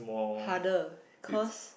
harder cause